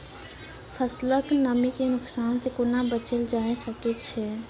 फसलक नमी के नुकसान सॅ कुना बचैल जाय सकै ये?